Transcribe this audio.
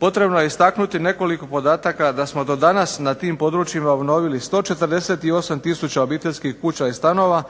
Potrebno je istaknuti nekoliko podataka da smo do danas na tim područjima obnovili 148 tisuća obiteljskih kuća i stanova,